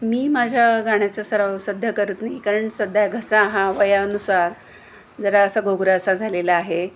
मी माझ्या गाण्याचा सराव सध्या करत नाही कारण सध्या घसा हा वयानुसार जरासा घोगरा असा झालेला आहे